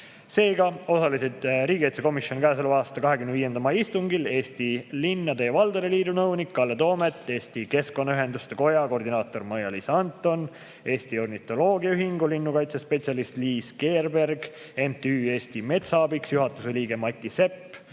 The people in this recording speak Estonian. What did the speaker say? Seega osalesid riigikaitsekomisjoni käesoleva aasta 25. mai istungil Eesti Linnade ja Valdade Liidu nõunik Kalle Toomet, Eesti Keskkonnaühenduste Koja koordinaator Maia-Liisa Anton, Eesti Ornitoloogiaühingu linnukaitsespetsialist Liis Keerberg, MTÜ Eesti Metsa Abiks juhatuse liige Mati Sepp,